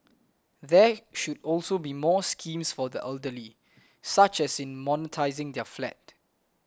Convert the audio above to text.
there should also be more schemes for the elderly such as in monetising their flat